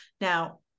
Now